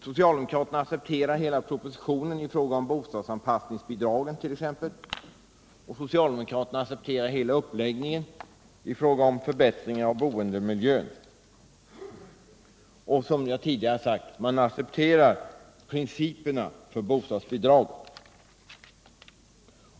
Socialdemokraterna accepterar hela propositionen i fråga om bostadsanpassningsbidrag, och de accepterar hela uppläggningen när det gäller förbättring av boendemiljön. Och som jag tidigare sagt accepterar de principerna för bostadsbidragen.